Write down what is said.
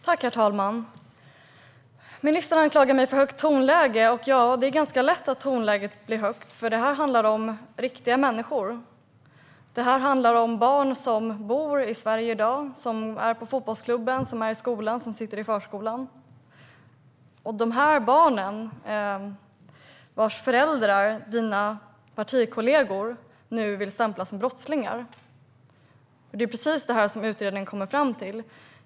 Herr talman! Ministern anklagar mig för högt tonläge. Ja, det är ganska lätt att tonläget blir högt, för det här handlar om riktiga människor. Det handlar om barn som bor i Sverige i dag, barn som är på fotbollsklubben, i skolan eller på förskolan. Dessa barns föräldrar vill dina partikollegor nu stämpla som brottslingar. Det är nämligen det utredningen kommer fram till.